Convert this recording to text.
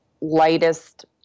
lightest